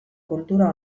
kultura